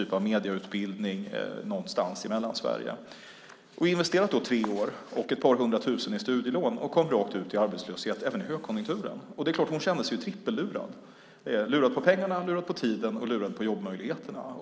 kul medieutbildning någonstans i Mellansverige. Hon hade investerat tre år och ett par hundra tusen i studielån och kom rakt ut i arbetslöshet - även i högkonjunkturen. Hon kände sig förstås trippellurad: lurad på pengarna, lurad på tiden och lurad på jobbmöjligheterna.